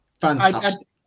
Fantastic